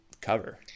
cover